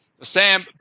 Sam